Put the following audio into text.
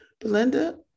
Belinda